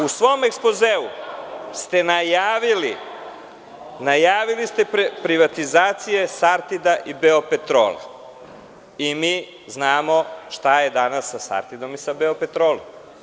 U svom ekspozeu ste najavili privatizacije „Sartida“ i „Beopetrola“ i mi znamo šta je danas sa „Sartidom“ i „Beopetrolom“